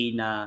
na